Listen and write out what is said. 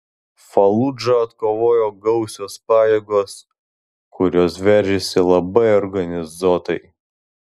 faludžą atkovojo gausios pajėgos kurios veržėsi labai organizuotai